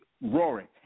roaring